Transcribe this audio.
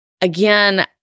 Again